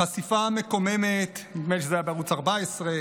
החשיפה המקוממת, נדמה לי שזה היה בערוץ 14,